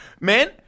man